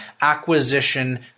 acquisition